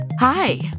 Hi